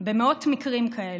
במאות מקרים כאלה,